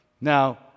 Now